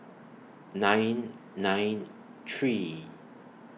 nine nine three